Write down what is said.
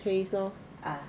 paste lor